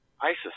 ISIS